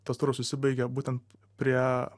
tas turas užsibaigė būtent prie